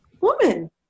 woman